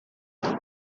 isso